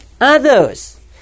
others